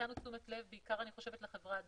נתנו תשומת לב בעיקר לחברה הדרוזית.